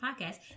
podcast